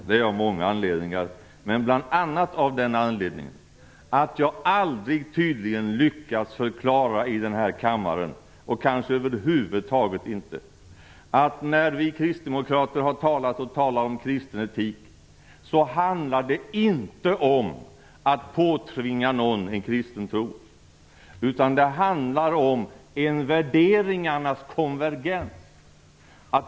Det är jag av många anledningar, men bl.a. av den anledningen att jag tydligen aldrig lyckas förklara i den här kammaren och kanske över huvud taget inte att när vi kristdemokrater har talat om kristen etik handlar det inte om att påtvinga någon en kristen tro. Det handlar om en värderingarnas konvergens.